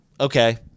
Okay